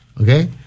okay